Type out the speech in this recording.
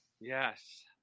Yes